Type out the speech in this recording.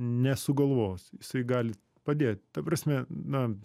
nesugalvos jisai gali padėt ta prasme na